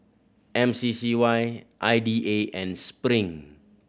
M C C Y I D A and Spring